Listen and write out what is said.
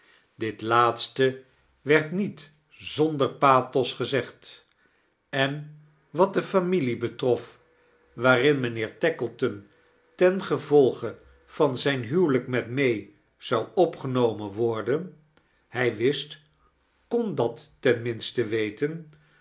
dit laatste werd niet zonder pathos gezegd en wat de familie betrof waarin mijnheer tackleton ten gevolge van zijn huwelijk met may pou opgenomen worden hij wist kon dat ten minste weten